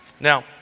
Now